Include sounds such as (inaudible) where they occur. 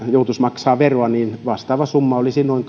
joutuisi maksamaan veroa niin vastaava summa olisi noin (unintelligible)